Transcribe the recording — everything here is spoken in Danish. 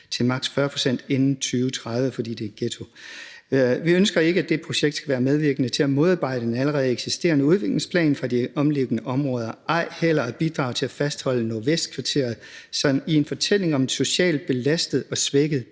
til maks. 40 pct. inden 2030, fordi det er en ghetto. Vi ønsker ikke, at det projekt skal være medvirkende til at modarbejde en allerede eksisterende udviklingsplan for de omliggende områder, ej heller at fastholde Nordvestkvarteret i en fortælling om et socialt belastet og svækket